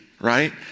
right